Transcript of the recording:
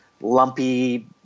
lumpy